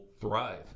thrive